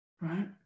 Right